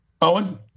Owen